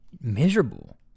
miserable